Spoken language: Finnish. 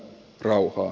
rauha